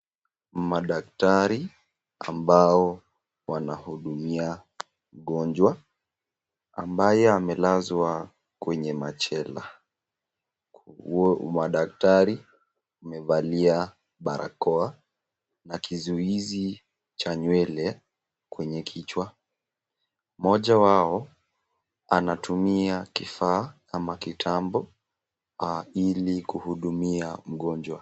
Madaktari ambao wanahudumia mgonjwa ambaye amelazwa kwenye machela , madaktari wamevalia barakoa na kizuizi cha nywele kwenye kichwa ,mmoja wao anatumia kifaa ama kitambo ili kuhudumia mgonjwa.